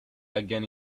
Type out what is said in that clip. again